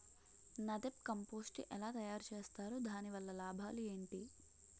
NADEP compost ఎలా తయారు చేస్తారు? దాని వల్ల లాభాలు ఏంటి?